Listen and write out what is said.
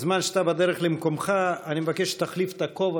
בזמן שאתה בדרך למקומך אני מבקש שתחליף את הכובע,